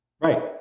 Right